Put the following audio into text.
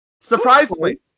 Surprisingly